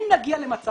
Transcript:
אם נגיע למצב